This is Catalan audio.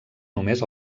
només